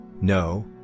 no